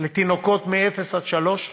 לתינוקות מאפס עד שלוש,